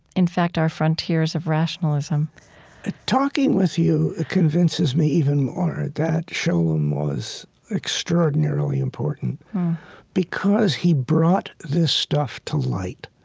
in fact, our frontiers of rationalism talking with you convinces me even more that scholem was extraordinarily important because he brought this stuff to light.